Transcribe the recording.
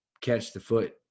catch-the-foot